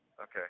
Okay